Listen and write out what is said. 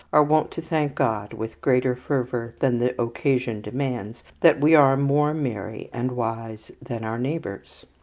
are wont to thank god with greater fervour than the occasion demands that we are more merry and wise than our neighbours.